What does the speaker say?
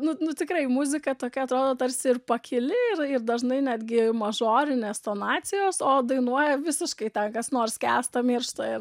nu nu tikrai muzika tokia atrodo tarsi ir pakili ir ir dažnai netgi mažorinės tonacijos o dainuoja visiškai ten kas nors skęsta miršta ir